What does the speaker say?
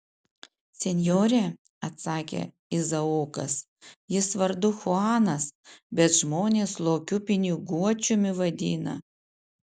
senjore atsakė izaokas jis vardu chuanas bet žmonės lokiu piniguočiumi vadina